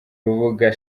rubuga